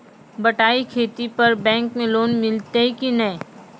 बटाई खेती पर बैंक मे लोन मिलतै कि नैय?